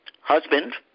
husband